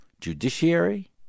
judiciary